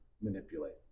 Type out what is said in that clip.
manipulate